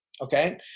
okay